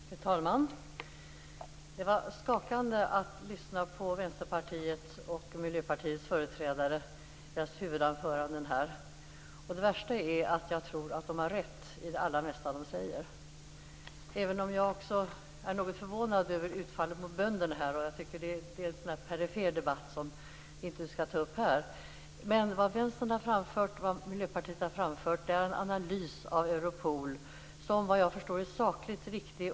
Fru talman! Det var skakande att lyssna på huvudanförandena från Vänsterpartiets och Miljöpartiets företrädare. Det värsta är att jag tror att de har rätt i det allra mesta som de säger - även om jag också är något förvånad över utfallet mot bönderna. Det tycker jag är en perifer debatt som vi inte skall ta upp här. Men vad Vänstern och Miljöpartiet har framfört här är en analys av Europol som vad jag förstår är sakligt riktig.